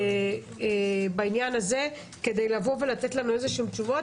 בעניין הזה כדי לתת לנו תשובות.